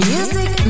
Music